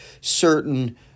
certain